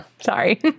Sorry